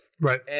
Right